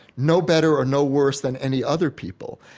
no better or no worse than any other people,